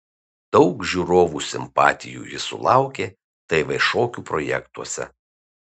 daug žiūrovų simpatijų jis sulaukė tv šokių projektuose